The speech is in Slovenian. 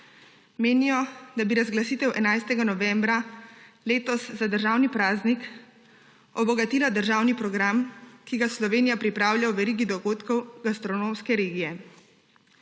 Menijo, da bi razglasitev 11. novembra letos za državni praznik obogatila državni program, ki ga Slovenija pripravlja v verigi dogodkov gastronomske regije.